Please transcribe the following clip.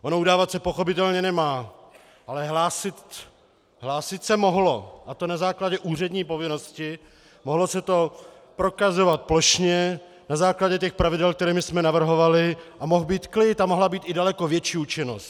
Ono udávat se pochopitelně nemá, ale hlásit se mohlo, a to na základě úřední povinnosti, mohlo se to prokazovat plošně na základě těch pravidel, která jsme navrhovali, a mohl být klid a mohla být i daleko větší účinnost.